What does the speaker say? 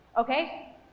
Okay